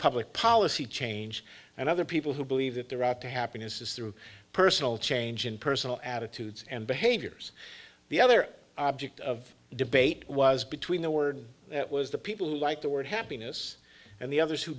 public policy change and other people who believe that the right to happiness is through personal change in personal attitudes and behaviors the other object of debate was between the word that was the people who like the word happiness and the others who